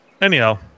anyhow